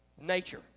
nature